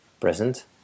present